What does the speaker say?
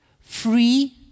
free